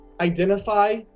identify